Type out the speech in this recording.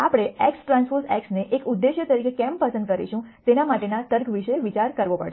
આપણે x transpose xને એક ઉદ્દેશ્ય તરીકે કેમ પસંદ કરીશું તેના માટેના તર્ક વિશે વિચાર કરવો પડશે